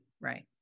Right